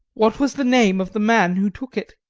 what was the name of the man who took it?